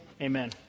amen